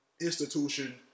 institution